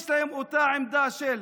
יש להם אותה עמדה של